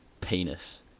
penis